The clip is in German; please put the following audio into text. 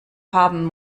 haben